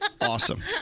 Awesome